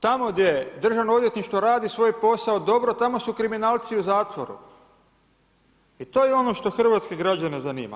Tamo gdje državno odvjetništvo radi svoj posao dobro tamo su kriminalci u zatvoru i to je ono što hrvatske građane zanima.